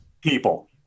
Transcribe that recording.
people